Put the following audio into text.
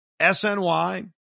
SNY